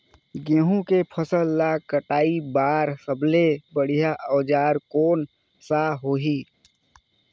गहूं के फसल ला कटाई बार सबले बढ़िया औजार कोन सा होही?